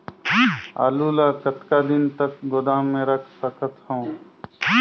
आलू ल कतका दिन तक गोदाम मे रख सकथ हों?